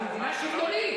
אנחנו מדינה שוויונית,